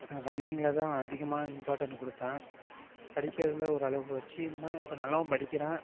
நான் ரன்னிங்கில்தான் அதிகமாக இம்பார்ட்டண்ட் கொடுத்தேன் படிக்கிறதில் ஓரளவுக்கு வைச்சிருந்தேன் இப்போ நல்லாவும் படிக்கிறேன்